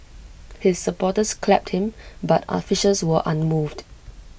his supporters clapped him but officials were unmoved